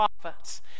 prophets